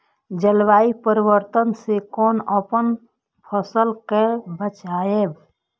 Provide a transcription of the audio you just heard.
जलवायु परिवर्तन से कोना अपन फसल कै बचायब?